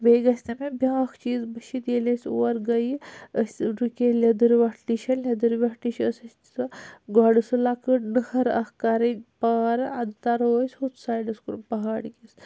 بیٚیہ گَژھہِ نہٕ مےٚ بیٛاکھ چیز مٔشِت ییٚلہِ أسۍ تور گٔے أسۍ رُکے لدٕروٹھ نِش لدٕروٹھ نِش اوس اَسہ سۄ گۄڈٕ سُہ لۄکٕٹۍ نہر اَکھ کَرٕنۍ پار اَدٕ تَرو أسۍ ہُتھ سایڈَس کُن پہاڑ کِس